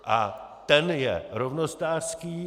A ten je rovnostářský.